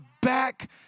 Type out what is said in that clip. back